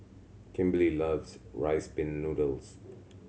Kimberely loves Rice Pin Noodles